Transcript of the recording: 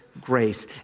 grace